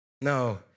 No